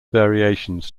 variations